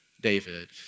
David